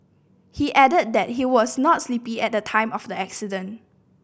he added that he was not sleepy at the time of the accident